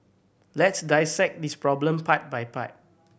let's dissect this problem part by part